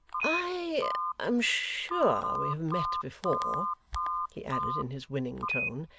i am sure we have met before he added in his winning tone,